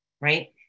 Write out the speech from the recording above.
right